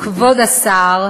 אדוני היושב-ראש, כבוד השר,